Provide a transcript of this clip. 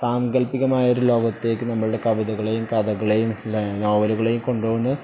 സാങ്കല്പികമായൊരു ലോകത്തേക്ക് നമ്മുടെ കവിതകളെയും കഥകളെയും നോവലുകളെയും കൊണ്ടുപോകുന്ന